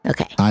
Okay